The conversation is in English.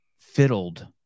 fiddled